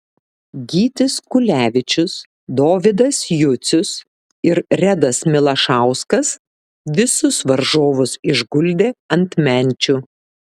gytis kulevičius dovydas jucius ir redas milašauskas visus varžovus išguldė ant menčių